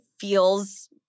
feels